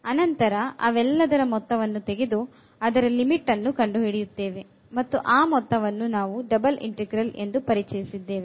ನಂತರ ಅವೆಲ್ಲದರ ಮೊತ್ತವನ್ನು ತೆಗೆದು ಅದರ limit ಅನ್ನು ಕಂಡು ಹಿಡಿಯುತ್ತೇವೆ ಮತ್ತು ಆ ಮೊತ್ತವನ್ನು ನಾವು ಡಬಲ್ ಇಂಟೆಗ್ರಾಲ್ ಎಂದು ಪರಿಚಯಿಸಿದ್ದೇವೆ